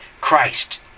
Christ